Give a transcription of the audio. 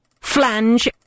Flange